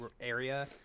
area